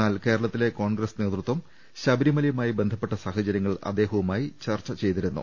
എന്നാൽ കേരളത്തിലെ കോൺഗ്രസ് നേതൃത്വം ശബരിമലയുമായി ബന്ധപ്പെട്ട സാഹ ചരൃങ്ങൾ അദ്ദേഹവുമായി ചർച്ച ചെയ്തിരുന്നു